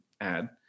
add